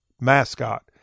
mascot